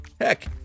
Heck